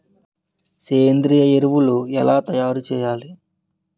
సేంద్రీయ ఎరువులు ఎలా తయారు చేయాలి?